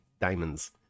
diamonds